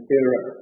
era